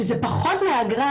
שזה פחות מהאגרה